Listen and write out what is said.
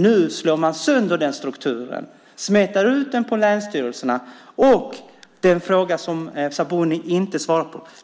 Nu slår man sönder strukturen och smetar ut den på länsstyrelserna.